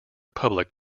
public